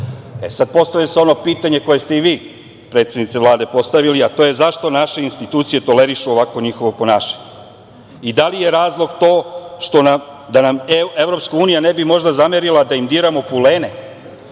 nivoima. Postavlja se ono pitanje koje ste vi predsednice Vlade postavili, a to je zašto naše institucije tolerišu ovakvo njihovo ponašanje i da li je razlog to, da nam EU možda ne bi zamerila, da im diramo pulene,